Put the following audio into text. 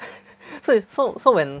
so so so when